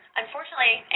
unfortunately